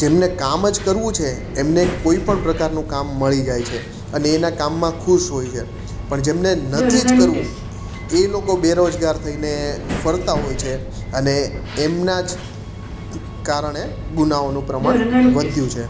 જેમને કામ જ કરવું છે એમને કોઇ પણ પ્રકારનું કામ મળી જાય છે અને એ એના કામમાં ખુશ હોય છે પણ જેમને નથી જ કરવું એ લોકો બેરોજગાર થઈને ફરતા હોય છે અને એમના જ કારણે ગુનાહોનું પ્રમાણ વધ્યું છે